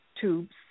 tubes